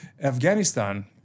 Afghanistan